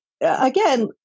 again